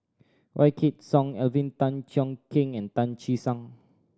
Wykidd Song Alvin Tan Cheong Kheng and Tan Che Sang